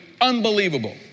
unbelievable